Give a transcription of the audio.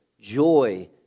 joy